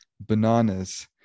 bananas